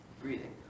breathing